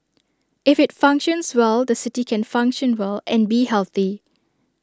if IT functions well the city can function well and be healthy